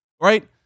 right